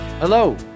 Hello